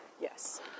Yes